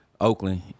Oakland